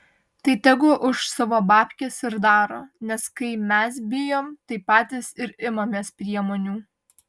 tai tegu už savo babkes ir daro nes kai mes bijom tai patys ir imamės priemonių